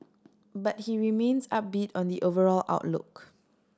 but he remains upbeat on the overall outlook